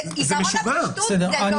עיקרון הפשטות זה לא.